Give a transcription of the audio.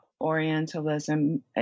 Orientalism